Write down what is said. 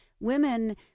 Women